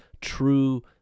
true